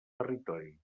territori